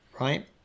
right